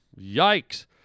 Yikes